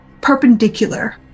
perpendicular